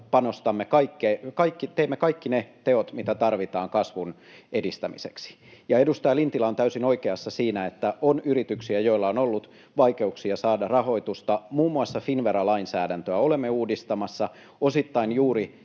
teemme kaikki ne teot, mitä tarvitaan kasvun edistämiseksi. Edustaja Lintilä on täysin oikeassa siinä, että on yrityksiä, joilla on ollut vaikeuksia saada rahoitusta. Muun muassa Finnvera-lainsäädäntöä olemme uudistamassa osittain juuri